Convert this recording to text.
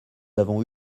avons